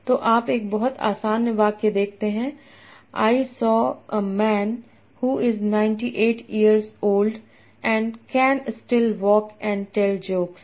तो आप एक बहुत आसान वाक्य देखते हैं I saw a man who is 98 years old and can still walk and tell jokes